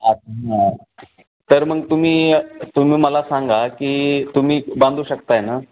तर मग तुम्ही तुम्ही मला सांगा की तुम्ही बांधू शकताय ना